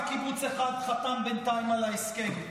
רק קיבוץ אחד חתם בינתיים על ההסכם,